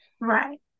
right